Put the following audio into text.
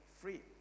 free